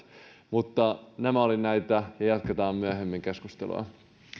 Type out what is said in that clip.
mutta nämä olivat näitä ja jatketaan myöhemmin keskustelua